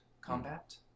combat